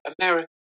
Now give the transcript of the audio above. America